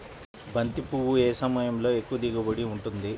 బంతి పువ్వు ఏ సమయంలో ఎక్కువ దిగుబడి ఉంటుంది?